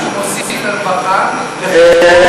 שמוסיף לרווחה,